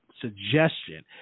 suggestion